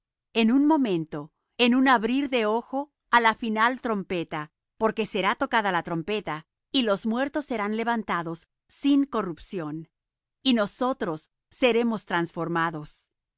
en un momento en un abrir de ojo á la final trompeta porque será tocada la trompeta y los muertos serán levantados sin corrupción y nosotros seremos transformados